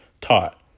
taught